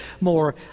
more